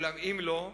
ואם לא,